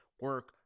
Work